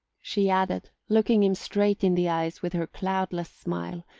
she added, looking him straight in the eyes with her cloudless smile,